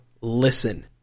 listen